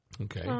Okay